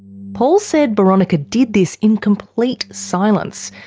paul said boronika did this in complete silence.